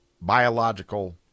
biological